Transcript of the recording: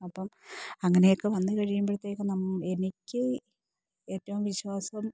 അപ്പോള് അങ്ങനെയൊക്കെ വന്നു കഴിയുമ്പോഴത്തേക്കും എനിക്ക് ഏറ്റവും വിശ്വാസം